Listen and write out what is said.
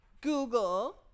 Google